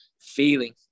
feeling